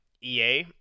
EA